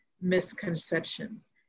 misconceptions